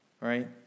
right